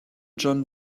john